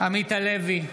עמית הלוי,